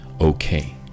okay